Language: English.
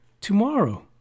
tomorrow